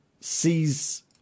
sees